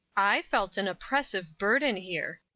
i felt an oppressive burden here.